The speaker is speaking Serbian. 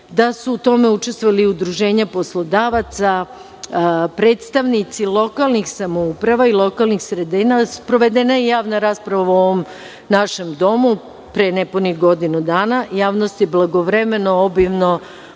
da su u tome učestvovali udruženja poslodavaca, predstavnici lokalnih samouprava i lokalnih sredina, sprovedena je javna rasprava u ovom našem domu, pre nepunih godinu dana, javnost je blagovremeno obimno